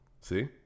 See